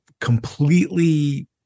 completely